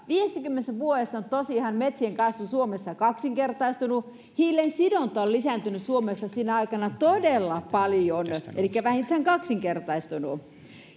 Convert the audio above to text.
viidessäkymmenessä vuodessa on tosiaan metsien kasvu suomessa kaksinkertaistunut ja hiilensidonta on lisääntynyt suomessa sinä aikana todella paljon elikkä vähintään kaksinkertaistunut